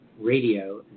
Radio